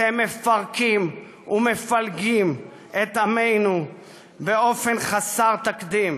אתם מפרקים ומפלגים את עמנו באופן חסר תקדים,